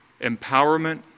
empowerment